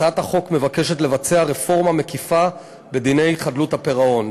הצעת החוק נועדה לבצע רפורמה מקיפה בדיני חדלות הפירעון.